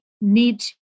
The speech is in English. need